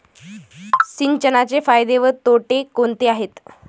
सिंचनाचे फायदे व तोटे कोणते आहेत?